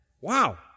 Wow